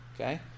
Okay